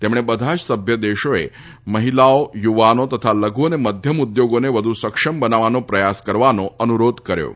તેમણે બધા જ સભ્ય દેશોએ મહિલાઓ યુવાનો તથા લઘુ અને મધ્યમ ઉદ્યોગોને વધુ સક્ષમ બનાવવા પ્રયાસો કરવાનો અનુરોધ કર્યો હતો